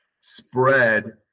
spread